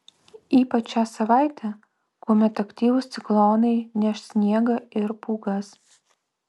ypač šią savaitę kuomet aktyvūs ciklonai neš sniegą ir pūgas